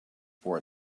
for